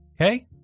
Okay